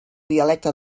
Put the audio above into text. dialecte